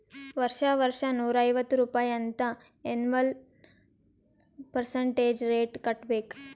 ವರ್ಷಾ ವರ್ಷಾ ನೂರಾ ಐವತ್ತ್ ರುಪಾಯಿ ಅಂತ್ ಎನ್ವಲ್ ಪರ್ಸಂಟೇಜ್ ರೇಟ್ ಕಟ್ಟಬೇಕ್